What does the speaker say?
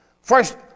First